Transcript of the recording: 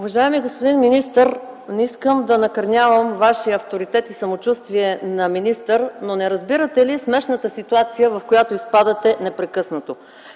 Уважаеми господин министър, не искам да накърнявам Вашия авторитет и самочувствие на министър, но не разбирате ли смешната ситуация, в която изпадате непрекъснато?